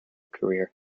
career